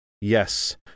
yes